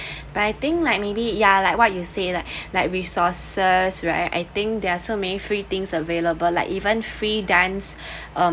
but I think like maybe ya like what you say lah like resources right I think there are so many free things available like even free dance um